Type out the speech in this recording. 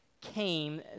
came